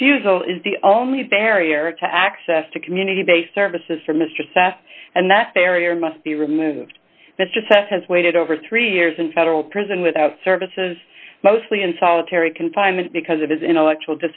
refusal is the only barrier to access to community based services for mr safir and that barrier must be removed that just has waited over three years in federal prison without services mostly in solitary confinement because of his intellectual